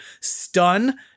stun